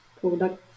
product